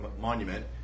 Monument